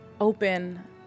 open